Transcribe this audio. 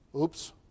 Oops